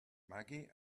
maggie